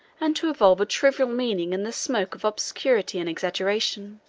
and to involve a trivial meaning in the smoke of obscurity and exaggeration.